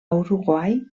uruguai